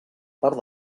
part